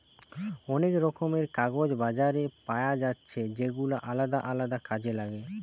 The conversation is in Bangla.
অনেক রকমের কাগজ বাজারে পায়া যাচ্ছে যেগুলা আলদা আলদা কাজে লাগে